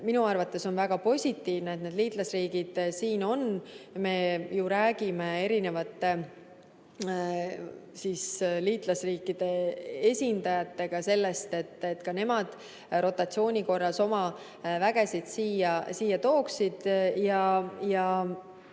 minu arvates väga positiivne, et liitlasriigid siin on. Me ju räägime erinevate liitlasriikide esindajatega sellest, et ka nemad rotatsiooni korras oma vägesid siia tooksid.